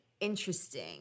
interesting